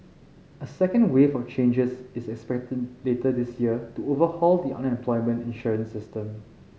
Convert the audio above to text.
a second wave of changes is expected later this year to overhaul the unemployment insurance system